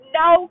no